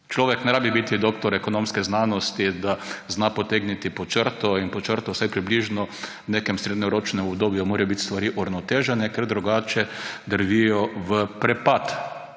Človek ne rabi biti doktor ekonomske znanosti, da zna potegniti pod črto. In pod črto vsaj približno v nekem srednjeročnem obdobju morajo biti stvari uravnotežene, ker drugače drvijo v prepad.